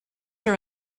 are